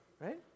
Right